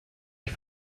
ich